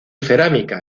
cerámica